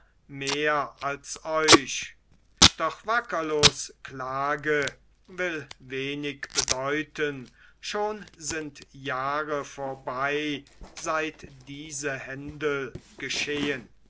mehr als euch doch wackerlos klage will wenig bedeuten schon sind jahre vorbei seit diese händel geschehen